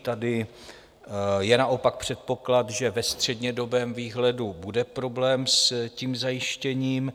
Tady je naopak předpoklad, že ve střednědobém výhledu bude problém se zajištěním.